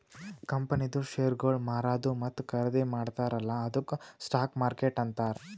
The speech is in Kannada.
ಕಂಪನಿದು ಶೇರ್ಗೊಳ್ ಮಾರದು ಮತ್ತ ಖರ್ದಿ ಮಾಡ್ತಾರ ಅಲ್ಲಾ ಅದ್ದುಕ್ ಸ್ಟಾಕ್ ಮಾರ್ಕೆಟ್ ಅಂತಾರ್